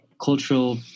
cultural